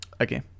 Okay